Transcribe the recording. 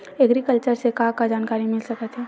Agriculture से का का जानकारी मिल सकत हे?